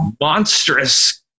monstrous